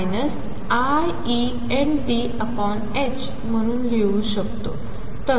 म्हणूनलिहूशकतो